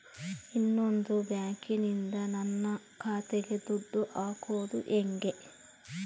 ಇನ್ನೊಂದು ಬ್ಯಾಂಕಿನಿಂದ ನನ್ನ ಖಾತೆಗೆ ದುಡ್ಡು ಹಾಕೋದು ಹೇಗೆ?